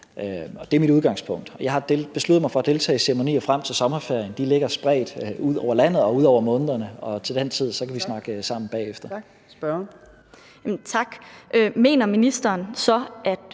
Det er mit udgangspunkt. Jeg har besluttet mig for at deltage i ceremonier frem til sommerferien, og de ligger spredt ud over landet og ud over månederne, og til den tid kan vi snakke sammen. Kl. 14:35 Fjerde